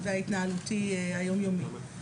של ההתנהלות היום-יומית.